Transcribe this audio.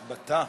בתא?